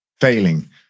failing